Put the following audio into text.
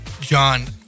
John